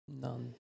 None